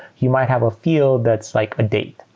you might have a field that's like a date,